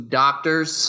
doctors